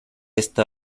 esta